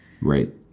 Right